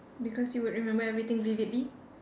because you would remember everything vividly